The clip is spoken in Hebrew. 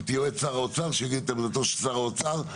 את יועץ שר האוצר שיגיד את עמדתו של שר האוצר.